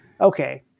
okay